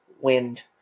wind